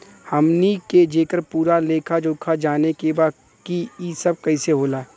हमनी के जेकर पूरा लेखा जोखा जाने के बा की ई सब कैसे होला?